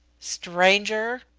stranger,